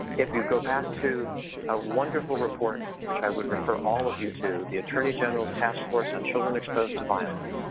if you go back to a wonderful report, which i would refer all of you to, the attorney general's task force on children exposed to violence,